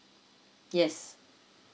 yes